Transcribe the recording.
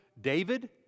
David